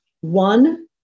One